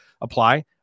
apply